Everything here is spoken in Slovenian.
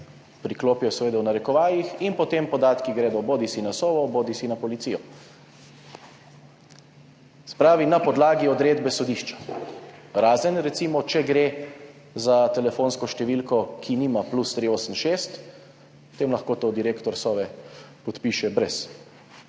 priklopijo seveda v narekovajih, in potem gredo podatki bodisi na Sovo bodisi na Policijo. Se pravi, na podlagi odredbe sodišča, razen recimo, če gre za telefonsko številko, ki nima +386, potem lahko to direktor Sove podpiše brez